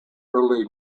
early